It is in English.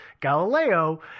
galileo